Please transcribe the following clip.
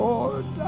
Lord